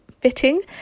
fitting